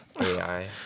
AI